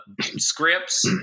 scripts